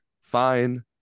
fine